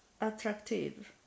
attractive